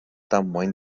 damwain